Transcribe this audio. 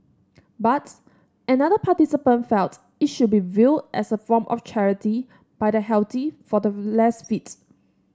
but another participant felt it should be viewed as a form of charity by the healthy for the less fits